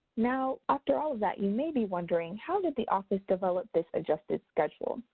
now, after all of that, you may be wondering how did the office develop this adjusted schedule?